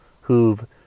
who've